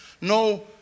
no